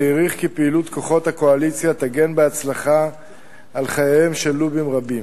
שהעריך כי פעילות כוחות הקואליציה תגן בהצלחה על חייהם של לובים רבים.